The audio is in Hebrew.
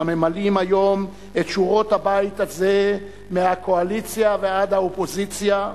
הממלאים היום את שורות הבית הזה מהקואליציה ועד האופוזיציה,